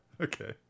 Okay